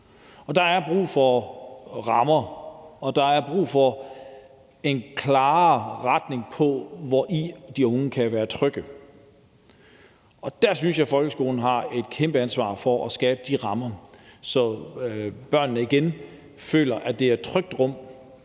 Der er brug for rammer, og der er brug for en klarere retning, i forhold til hvordan de unge kan være trygge, og der synes jeg, at folkeskolen har et kæmpe ansvar for at skabe de rammer, så børnene igen føler, at det er et trygt rum